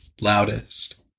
loudest